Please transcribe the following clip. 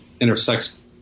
intersects